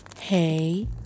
Hey